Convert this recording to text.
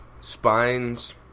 Spines